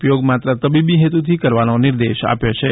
ઉપયોગ માત્ર તબીબી હેતુથી કરવાનો નિર્દેશ આપ્યો છે